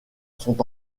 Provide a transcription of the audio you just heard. sont